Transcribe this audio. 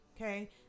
okay